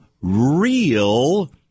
real